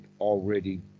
already